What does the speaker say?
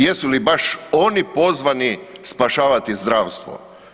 Jesu li baš oni pozvani spašavati zdravstvo?